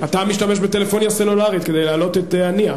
אתה משתמש בטלפוניה סלולרית כדי להעלות את הנייה.